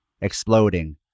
exploding